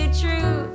true